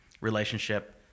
relationship